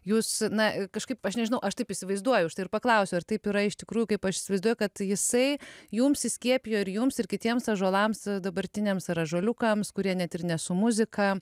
jūs na kažkaip aš nežinau aš taip įsivaizduoju už tai ir paklausiau ar taip yra iš tikrųjų kaip aš įsivaizduoju kad jisai jums įskiepijo ir jums ir kitiems ąžuolams dabartiniams ar ąžuoliukams kurie net ir ne su muzika